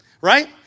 right